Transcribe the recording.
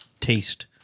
taste